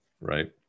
right